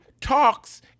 talks